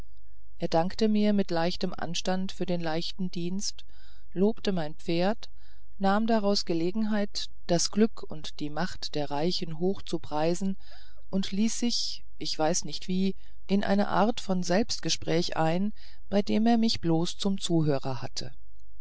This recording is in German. er dankte mir mit leichtem anstand für den leichten dienst lobte mein pferd nahm daraus gelegenheit das glück und die macht der reichen hoch zu preisen und ließ sich ich weiß nicht wie in eine art von selbstgespräch ein bei dem er mich bloß zum zuhörer hatte